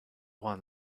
one